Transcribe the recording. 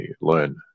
learn